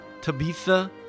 Tabitha